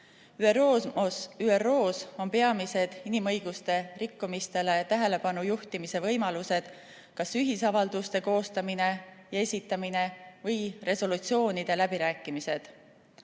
ÜRO-s on peamised inimõiguste rikkumisele tähelepanu juhtimise võimalused kas ühisavalduste koostamine ja esitamine või resolutsioonide läbirääkimised.